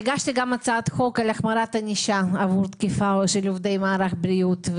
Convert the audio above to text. הגשתי גם הצעת חוק להחמרת ענישה בגין תקיפה של עובדי מערך בריאות.